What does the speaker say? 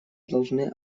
должны